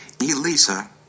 Elisa